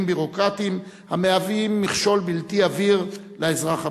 ביורוקרטיים המהווים מכשול בלתי עביר לאזרח הפשוט.